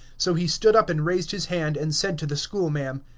so he stood up and raised his hand, and said to the schoolma'am,